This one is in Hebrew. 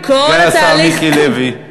סגן השר מיקי לוי.